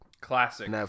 Classic